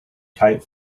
kite